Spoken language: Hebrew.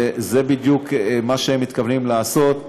וזה בדיוק מה שהם מתכוונים לעשות.